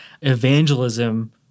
Evangelism